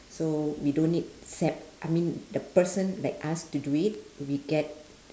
so we don't need SEP I mean the person like us to do it we get